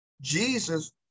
Jesus